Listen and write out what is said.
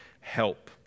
help